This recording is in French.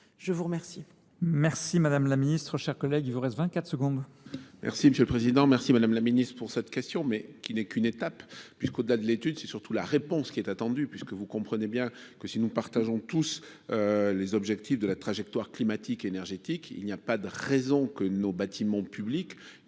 Je vous remercie,